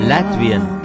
Latvian